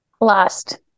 last